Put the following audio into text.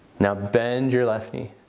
now bend your left knee.